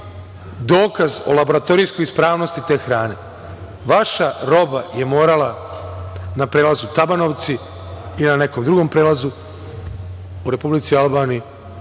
dokaz o laboratorijskoj ispravnosti te hrane, vaša roba je morala na prelazu Tabanovci ili na nekom drugom prelazu u Republici Albaniji